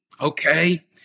Okay